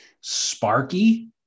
sparky